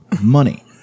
money